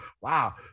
wow